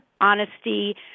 honesty